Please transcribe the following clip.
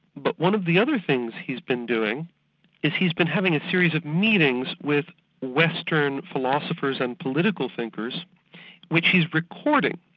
but one of the other things he's been doing is he's been having a series of meetings with western philosophers and political thinkers which he's recording,